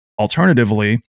alternatively